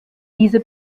diese